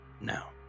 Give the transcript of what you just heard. Now